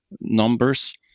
numbers